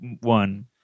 one